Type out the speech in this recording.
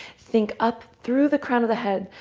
think up through the crown of the head.